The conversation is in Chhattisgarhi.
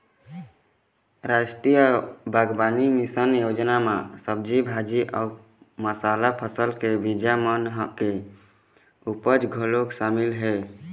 रास्टीय बागबानी मिसन योजना म सब्जी भाजी अउ मसाला फसल के बीजा मन के उपज घलोक सामिल हे